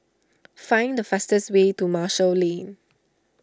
find the fastest way to Marshall Lane